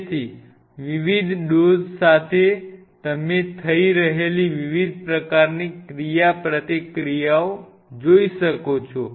તેથી વિવિધ ડોઝ સાથે તમે થઈ રહેલી વિવિધ પ્રકારની ક્રિયાપ્રતિક્રિયાઓ જોઈ શકો છો